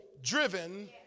driven